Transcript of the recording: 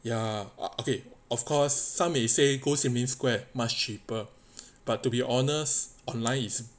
ya okay of course some may say goes sim lim square much cheaper but to be honest online is